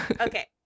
Okay